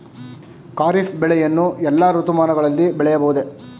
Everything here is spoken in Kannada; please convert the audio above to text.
ಖಾರಿಫ್ ಬೆಳೆಯನ್ನು ಎಲ್ಲಾ ಋತುಮಾನಗಳಲ್ಲಿ ಬೆಳೆಯಬಹುದೇ?